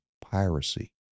piracy